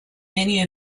many